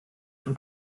und